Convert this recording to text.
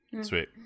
Sweet